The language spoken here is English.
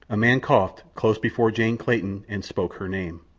a man coughed close before jane clayton and spoke her name.